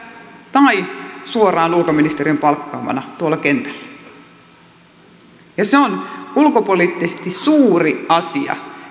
tai suoraan ulkoministeriön palkkaamana tuolla kentällä se on ulkopoliittisesti suuri asia